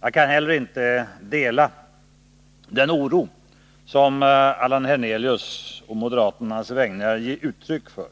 Jag kan inte heller utvecklingssamardela den oro som Allan Hernelius å moderaternas vägnar ger uttryck för